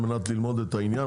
כדי ללמוד את העניין,